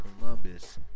Columbus